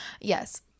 Yes